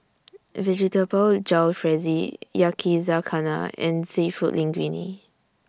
Vegetable Jalfrezi Yakizakana and Seafood Linguine